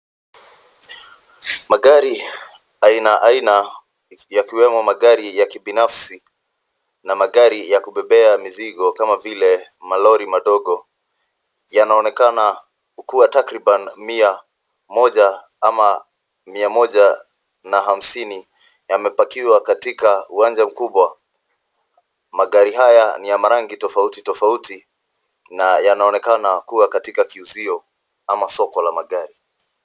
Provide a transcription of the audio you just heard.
Magari aina aina yakiwemo magari ya kibinafsi na magari ya kubeba mizigo kama vile malori madogo yanaonekana kuwa takriban mia moja ama mia moja na hamsini, yamepakiwa katika uwanja mkubwa. Magari haya ni ya marangi tofauti tofauti na yanaonekana kuwa katika kiuzio ama soko la magari.